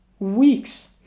weeks